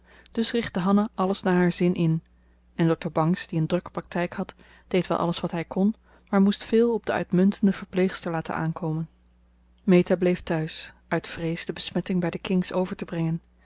dus richtte hanna alles naar haar zin in en dokter bangs die een drukke praktijk had deed wel alles wat hij kon maar moest veel op de uitmuntende verpleegster laten aankomen meta bleef thuis uit vrees de besmetting bij de kings over te brengen